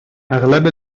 اغلب